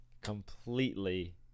Completely